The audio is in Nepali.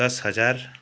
दस हजार